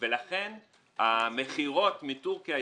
ולכן המכירות מטורקיה,